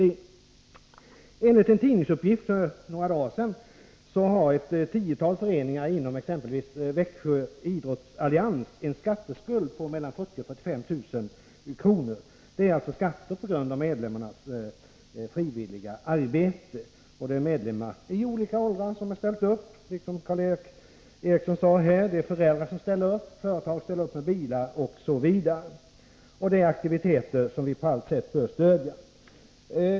Enligt uppgift i en tidning för några dagar sedan har ett tiotal föreningar inom Växjö Idrottsallians en skatteskuld på 40 000-45 000 kr. Det gäller alltså en skatt som uppkommit till följd av medlemmarnas frivilliga arbete. 137 Medlemmar i olika åldrar har ställt upp. Som Karl Erik Eriksson nämnde kan dett.ex. gälla föräldrar och företag som hjälper med bilar. Det är alltså fråga om aktiviteter som man på allt sätt bör stödja.